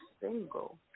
single